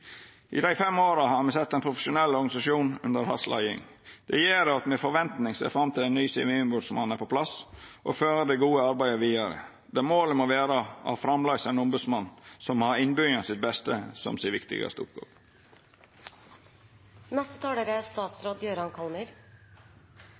I dei fem åra har me sett ein profesjonell organisasjon under hans leiing. Det gjer at me med forventning ser fram til at den nye sivilombodsmannen er på plass og fører det gode arbeidet vidare, der målet framleis må vera ein ombodsmann som har innbyggjarane sitt beste som si viktigaste